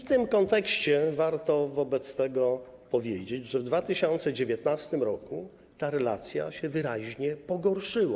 W tym kontekście warto wobec tego powiedzieć, że w 2019 r. ta relacja się wyraźnie pogorszyła.